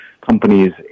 companies